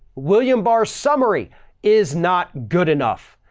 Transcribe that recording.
william barr summary is not good enough.